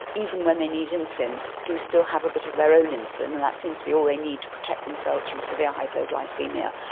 even when they need insulin, do still have a bit of their own insulin, and it seems to be all they need to protect themselves from severe hypoglycaemia.